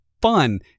fun